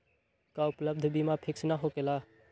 का उपलब्ध बीमा फिक्स न होकेला?